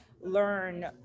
learn